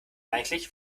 eigentlich